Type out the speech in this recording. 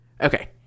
Okay